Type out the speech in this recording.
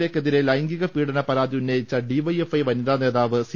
A ക്കെതിരെ ലൈംഗിക പീഡന പരാതി ഉന്നയിച്ച ഡിവൈഎഫ്ഐ വനിതാ നേതാവ് സി